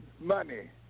money